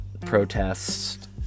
protests